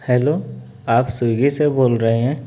hello آپ Swiggy سے بول رہے ہیں